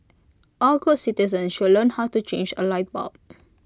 all good citizens should learn how to change A light bulb